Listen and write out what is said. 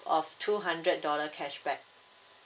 of two hundred dollar cashback